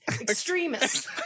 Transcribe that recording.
extremists